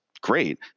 great